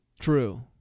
True